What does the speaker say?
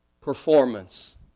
performance